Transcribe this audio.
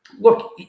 Look